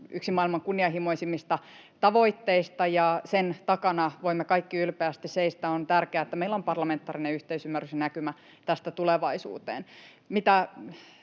yksi maailman kunnianhimoisimmista tavoitteista, ja sen takana voimme kaikki ylpeästi seistä. On tärkeää, että meillä on parlamentaarinen yhteisymmärrys ja näkymä tästä tulevaisuuteen.